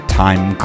time